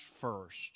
first